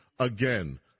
Again